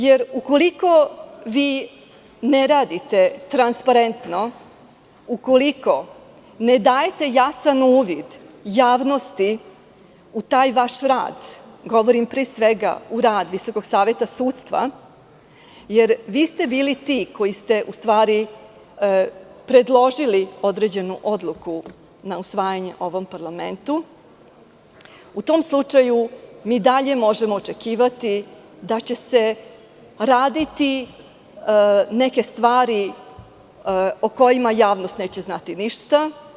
Jer, ukoliko ne radite transparentno, ukoliko ne dajete jasan uvid javnosti u taj vaš rad, govorim pre svega u rad Visokog saveta sudstva, jer vi ste bili ti koji ste predložili određenu odluku na usvajanje ovom parlamentu, u tom slučaju mi dalje možemo očekivati da će se raditi neke stvari o kojima javnost neće znati ništa.